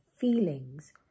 feelings